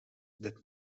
that